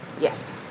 Yes